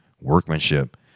workmanship